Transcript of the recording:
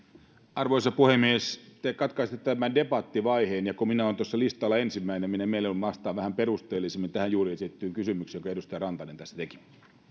arvoisa puhemies te katkaisitte tämän debattivaiheen ja kun minä olen tuossa listalla ensimmäinen minä mielelläni vastaan vähän perusteellisemmin tähän juuri esitettyyn kysymykseen minkä edustaja rantanen tässä teki